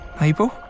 Abel